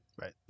Right